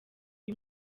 uyu